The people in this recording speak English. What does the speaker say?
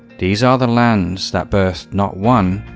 these are the lands that birthed not one,